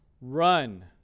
Run